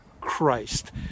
Christ